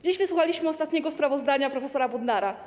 Dziś wysłuchaliśmy ostatniego sprawozdania prof. Bodnara.